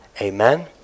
Amen